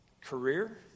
career